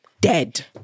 dead